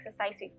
exercise